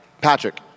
Patrick